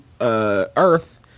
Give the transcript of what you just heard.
Earth